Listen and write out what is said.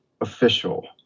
official